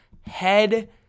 head